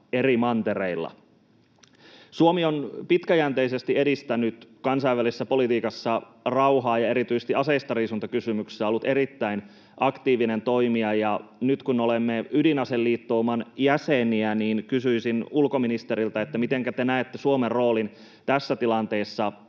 eri mantereilla. Suomi on pitkäjänteisesti edistänyt kansainvälisessä politiikassa rauhaa ja erityisesti aseistariisuntakysymyksissä ollut erittäin aktiivinen toimija. Nyt kun olemme ydinaseliittouman jäseniä, niin kysyisin ulkoministeriltä: mitenkä te näette Suomen roolin tässä tilanteessa?